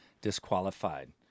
disqualified